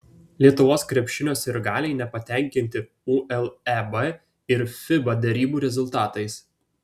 lietuvos krepšinio sirgaliai nepatenkinti uleb ir fiba derybų rezultatais